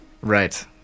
right